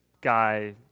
guy